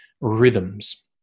rhythms